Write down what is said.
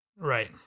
Right